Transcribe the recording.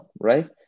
right